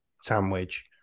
sandwich